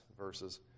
verses